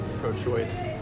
pro-choice